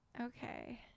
Okay